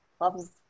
loves